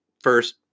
first